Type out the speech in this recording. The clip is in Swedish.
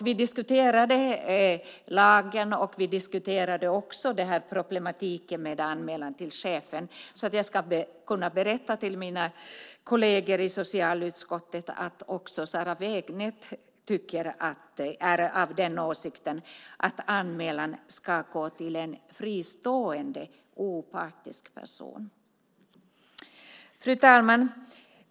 Vi diskuterade lagen och problematiken med anmälan till chefen, för att jag skulle kunna berätta för mina kolleger i socialutskottet att också Sarah Wägnert är av den åsikten att anmälan ska gå till en fristående, opartisk person. Fru talman!